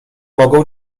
mogę